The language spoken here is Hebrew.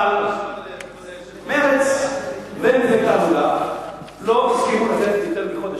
אבל מרצ ומפלגת העבודה לא הסכימו לתת יותר מחודש.